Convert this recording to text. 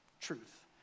Truth